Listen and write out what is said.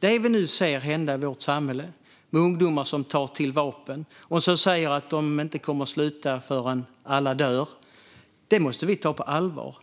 Det vi nu ser hända i vårt samhälle med ungdomar som tar till vapen och säger att de inte kommer att sluta förrän alla dör måste vi ta på allvar.